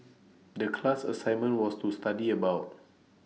The class assignment was to study about